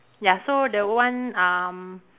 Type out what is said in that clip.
ya so the one um